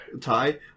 tie